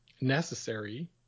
necessary